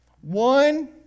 One